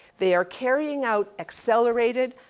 they are carrying out accelerated,